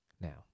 Now